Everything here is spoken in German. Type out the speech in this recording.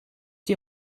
die